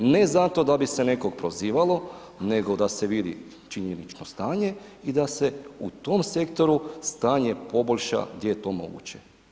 Ne zato da bi se nekog prozivalo nego da se vidi činjenično stanje i da se u tom sektoru stanje poboljša gdje je to moguće.